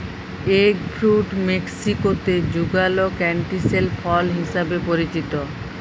egg fruit মেক্সিকোতে যুগাল ক্যান্টিসেল ফল হিসেবে পরিচিত